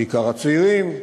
בעיקר הצעירים,